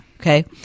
okay